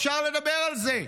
אפשר לדבר על זה,